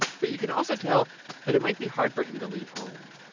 but you can also tell that it might be hard for him to leave home.